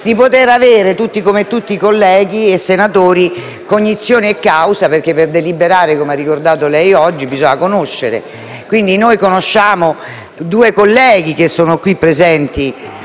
sui nomi (come tutti i colleghi senatori), cognizione di causa, perché per deliberare, come ha ricordato lei oggi, bisogna conoscere. Noi conosciamo due colleghi, che sono qui presenti